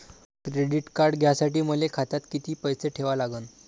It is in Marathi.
क्रेडिट कार्ड घ्यासाठी मले खात्यात किती पैसे ठेवा लागन?